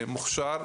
מוכשר,